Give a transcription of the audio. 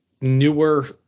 newer